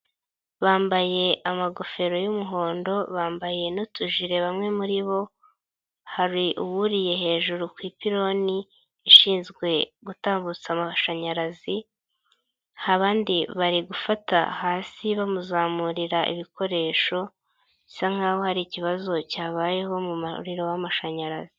Bambaye amagofero y'umuhondo, bambaye n'utujire bamwe muri bo, hari uwuriye hejuru ku ipironi ishinzwe gutambutsa amashanyarazi abandi bari gufata hasi bamuzamurira ibikoresho bisa nk'aho hari ikibazo cyabayeho mu muriro w'amashanyarazi.